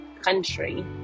country